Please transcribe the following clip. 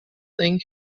think